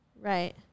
Right